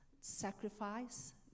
sacrifice